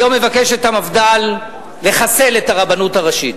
היום מבקשת המפד"ל לחסל את הרבנות הראשית.